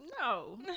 No